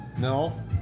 No